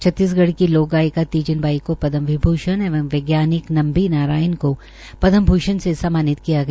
छत्तीसगढ़ की लोकगायिका तीज़न बाई को पदम विभ्रषण एवं वैज्ञानिक नम्बी नारायण को पदम भूषण से सम्मानित किया गया